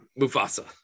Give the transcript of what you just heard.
Mufasa